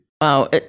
Wow